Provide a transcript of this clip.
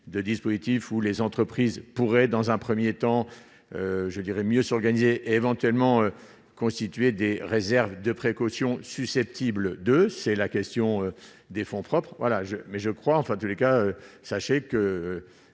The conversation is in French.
de dispositif où les entreprises pourraient dans un 1er temps je dirais mieux s'organiser éventuellement constituer des réserves de précaution susceptible de c'est la question des fonds propres, voilà je mais je crois, enfin en tous les cas, sachez que